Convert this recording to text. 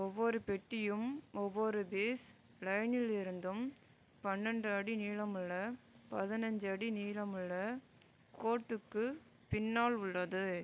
ஒவ்வொரு பெட்டியும் ஒவ்வொரு பேஸ் லைனில் இருந்தும் பன்னெண்டு அடி நீளமுள்ள பதினஞ்சு அடி நீளமுள்ள கோட்டுக்கு பின்னால் உள்ளது